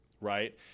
right